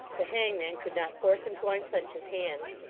the hangman could not force him to unclench his hands.